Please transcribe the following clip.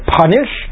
punish